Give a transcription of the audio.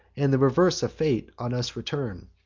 and the reverse of fate on us return